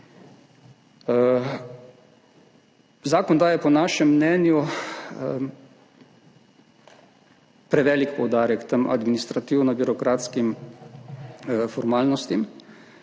Zakon daje po našem mnenju prevelik poudarek tem administrativno-birokratskim formalnostim,